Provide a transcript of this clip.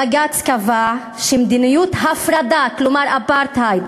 בג"ץ קבע שמדיניות הפרדה, כלומר אפרטהייד,